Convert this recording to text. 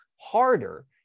harder